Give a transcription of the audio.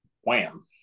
wham